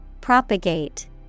Propagate